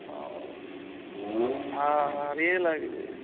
ও আর এ লাগবে